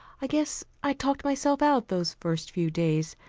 i guess i talked myself out those first few days.